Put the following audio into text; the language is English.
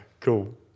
cool